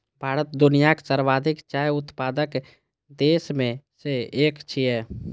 भारत दुनियाक सर्वाधिक चाय उत्पादक देश मे सं एक छियै